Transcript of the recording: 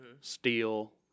steel